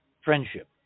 friendship